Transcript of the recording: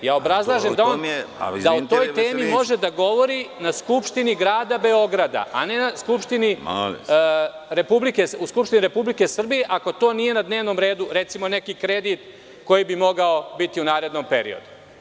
Obrazlažem da o toj temi može da govori na skupštini grada Beograda, a ne u Skupštini Republike Srbije, ako to nije na dnevnom redu, recimo neki kredit koji bi mogao biti u narednom periodu.